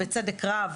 בצדק רב.